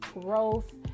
Growth